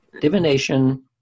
Divination